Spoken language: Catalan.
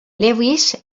lewis